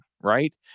right